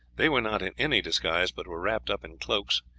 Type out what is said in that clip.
they were not in any disguise, but were wrapped up in cloaks,